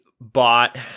bought